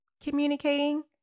communicating